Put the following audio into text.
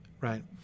right